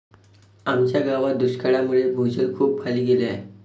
आमच्या गावात दुष्काळामुळे भूजल खूपच खाली गेले आहे